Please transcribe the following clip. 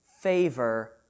favor